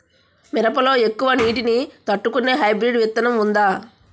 మిరప లో ఎక్కువ నీటి ని తట్టుకునే హైబ్రిడ్ విత్తనం వుందా?